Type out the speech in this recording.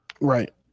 right